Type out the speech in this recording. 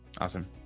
Awesome